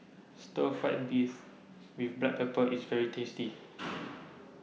Stir Fried Beef with Black Pepper IS very tasty